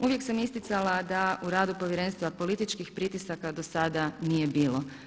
Uvijek sam isticala da u radu Povjerenstva političkih pritisaka do sada nije bilo.